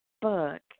book